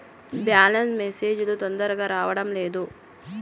Balance message లు తొందరగా రావడం లేదు?